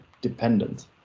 dependent